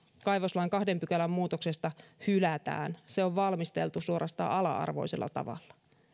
kaivoslain kahden pykälän muutoksesta hylätään se on valmisteltu suorastaan ala arvoisella tavalla